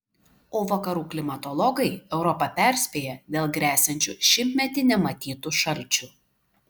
o vakarų klimatologai europą perspėja dėl gresiančių šimtmetį nematytų šalčių